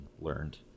learned